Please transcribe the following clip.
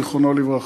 זיכרונו לברכה.